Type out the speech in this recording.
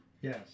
Yes